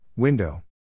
Window